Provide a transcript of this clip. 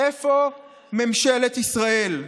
איפה ממשלת ישראל?